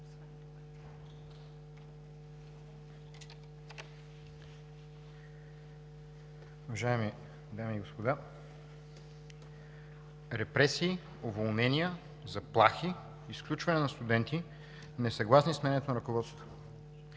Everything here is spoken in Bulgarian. Уважаеми дами и господа! Репресии, уволнения, заплахи, изключване на студенти, несъгласие с мнението на ръководството.